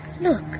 Look